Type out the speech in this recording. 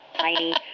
tiny